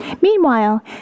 Meanwhile